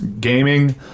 Gaming